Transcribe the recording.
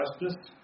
justice